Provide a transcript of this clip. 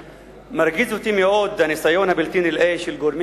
מרגיז אותי מאוד הניסיון הבלתי-נלאה של גורמים